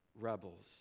rebels